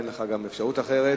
אין לך אפשרות אחרת.